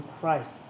Christ